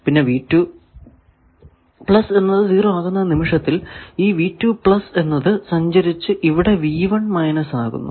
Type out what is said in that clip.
പിന്നെ ആകുന്ന നിമിഷത്തിൽ ഈ എന്നത് സഞ്ചരിച്ചു ഇവിടെ ആകുന്നു